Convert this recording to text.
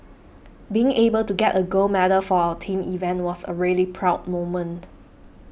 being able to get a gold medal for our team event was a really proud moment